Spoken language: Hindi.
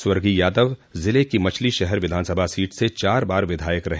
स्वर्गीय यादव जिले की मछली शहर विधानसभा सीट से चार बार विधायक रहे